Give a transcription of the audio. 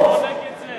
זה לא מה, זה לא נגד זה.